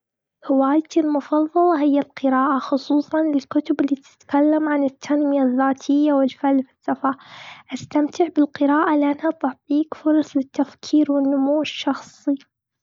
هوايتي المفضلة هي القراءة، خصوصاً الكتب اللي تتكلم عن التنمية الذاتية والفلسفة. أستمتع بالقراءة لإنها تعطيك فرص للتفكير والنمو الشخصي.